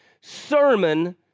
sermon